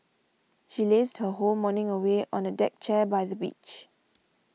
she lazed her whole morning away on a deck chair by the beach